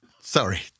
Sorry